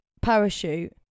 parachute